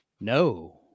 no